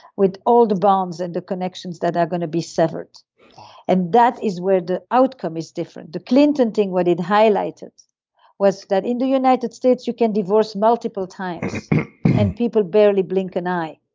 with all the bounds and the connections that are going to be severed and that is where the outcome is different. the clinton thing, what it highlighted was that in the united states you can divorce multiple times and people barely blink an eye.